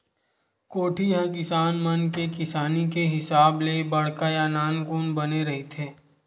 कोठी ह किसान मन के किसानी के हिसाब ले बड़का या नानकुन बने रहिथे